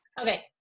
Okay